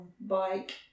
bike